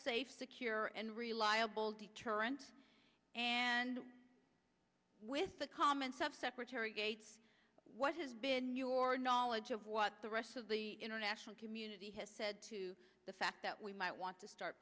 safe secure and reliable deterrent and with the comments of secretary gates what has been your knowledge of what the rest of the international community has said to the fact that we might want to start